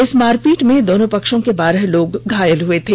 इस मारपीट में दोनों पक्षों के बारह लोग घायल हुए थे